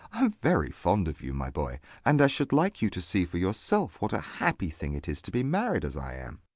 i'm very fond of you, my boy, and i should like you to see for yourself what a happy thing it is to be married as i am.